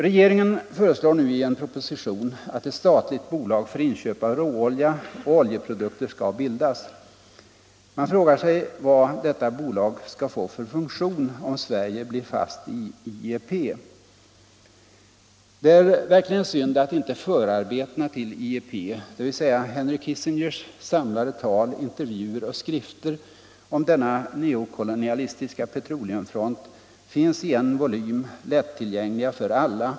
Regeringen föreslår nu i en proposition att ett statligt bolag för inköp av råolja och oljeprodukter skall bildas. Man frågar sig vad detta bolag skall få för funktion om Sverige blir fast i IEP. Det är verkligen synd att inte förarbetena till IEP, dvs. Henry Kissingers samlade tal, intervjuer och skrifter om denna neokolonialistiska petroleumfront, finns i en volym lättillgänglig för alla.